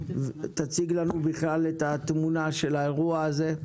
תציג לנו בבקשה את התמונה של האירוע הזה.